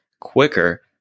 quicker